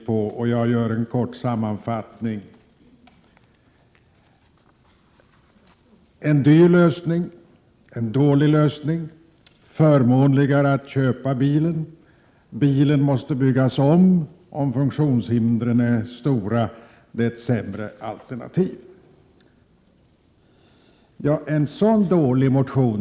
Som skäl för att avstyrka motionen anför utskottet följande: Det är en dyr lösning, det är en dålig lösning, det är förmånligare att köpa bilen, bilen måste byggas om, om funktionshindren är stora och det är fråga om ett sämre alternativ.